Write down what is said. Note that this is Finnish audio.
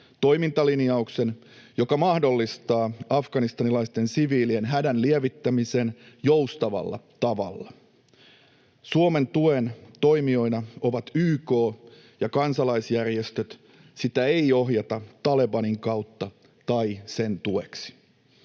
toimintalin-jauksen, joka mahdollistaa afganistanilaisten siviilien hädän lievittämisen joustavalla tavalla. Suomen tuen toimijoina ovat YK ja kansalaisjärjestöt — sitä ei ohjata Talebanin kautta tai sen tueksi.